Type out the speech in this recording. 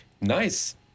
Nice